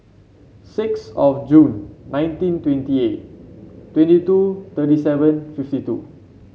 six of June nineteen twenty eight twenty two thirty seven fifty two